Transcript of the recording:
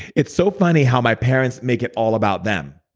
it's so funny how my parents make it all about them.